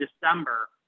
December